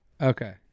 okay